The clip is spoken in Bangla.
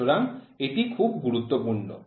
সুতরাং এটি খুব গুরুত্বপূর্ণ